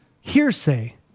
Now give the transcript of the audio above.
hearsay